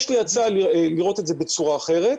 יש לי הצעה לראות את זה בצורה אחרת,